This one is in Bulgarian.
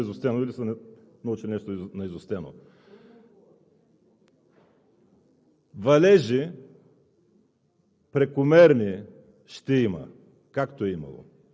административен, че да се чудиш отговарят ли ти, или просто четат нещо наизустено, или са научили нещо наизустено. Валежи